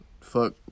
fuck